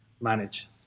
manage